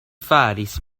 faris